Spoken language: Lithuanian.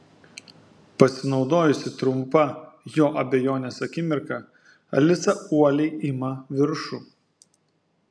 pasinaudojusi trumpa jo abejonės akimirka alisa uoliai ima viršų